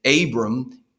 Abram